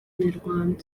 nyarwanda